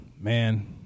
man